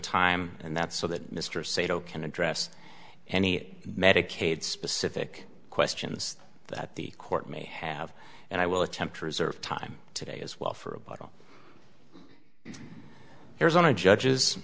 time and that's so that mr sedo can address any medicaid specific questions that the court may have and i will attempt to reserve time today as well for a bottle arizona judges